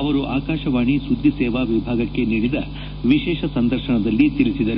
ಅವರು ಆಕಾಶವಾಣಿ ಸುದ್ದಿ ಸೇವಾ ವಿಭಾಗಕ್ಕೆ ನೀಡಿದ ವಿಶೇಷ ಸಂದರ್ಶನದಲ್ಲಿ ತಿಳಿಸಿದರು